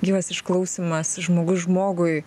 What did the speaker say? gyvas išklausymas žmogus žmogui